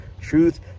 Truth